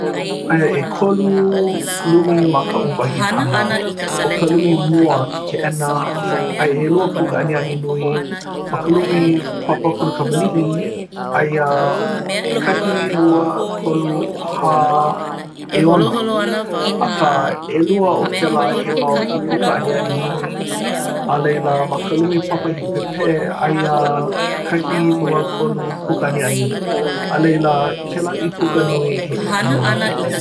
aia ʻekolu lumi ma kaʻu wahi hana. ʻo ka lumi mua ke keʻena, aia ʻelua puka aniani nui. ma ka lumi papa kula kamaliʻi aia kahi, lua, kolu, hā ʻeono. akā, ʻelua o kēlā he mau ʻīpuka aniani nui a laila ma ka lumi papa hiʻipēpē aia kahi, lua, kolu puka aniani. a laila, kēlā ʻīpuka nui he aniani kekahi.